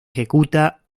ejecuta